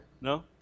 No